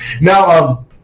Now